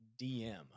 DM